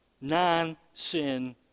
Non-sin